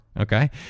okay